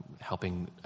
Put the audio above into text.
helping